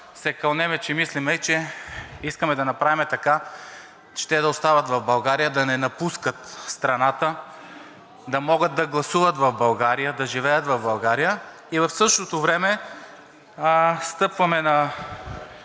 се кълнем, че мислим и че искаме да направим така, че те да остават в България, да не напускат страната, да могат да гласуват в България, да живеят в България и в същото време стъпваме на